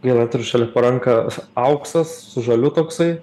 gaila neturiu šalia po ranka auksas su žaliu toksai